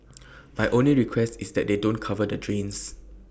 my only request is that they don't cover the drains